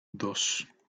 dos